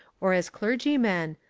or as clergymen,